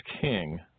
king